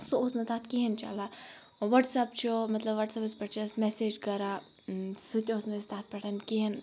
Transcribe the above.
سُہ اوس نہٕ تَتھ کِہیٖنۍ چَلان وَٹسَپ چھُ مطلب وَٹسَپَس پٮ۪ٹھ چھِ أسۍ مٮ۪سیج کَران سُہ تہِ اوس نہٕ اَسہِ تَتھ پٮ۪ٹھ کِہیٖنۍ